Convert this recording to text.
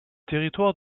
territoire